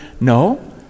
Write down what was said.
no